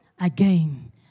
again